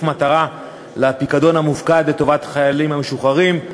מטרה לפיקדון המופקד לטובת החיילים המשוחררים,